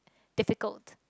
difficult